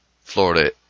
Florida